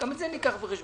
גם את זה ניקח בחשבון.